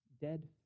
dead